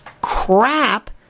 crap